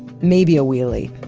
maybe a wheelie.